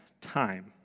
time